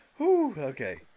Okay